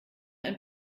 ein